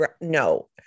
no